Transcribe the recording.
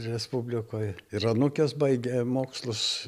respublikoj ir anūkės baigė mokslus